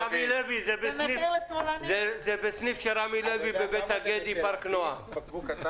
זה בסניף של רמי לוי בבית הגדי, פארק נ.ע.מ.